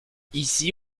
ici